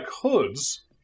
Hoods